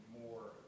more